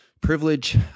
privilege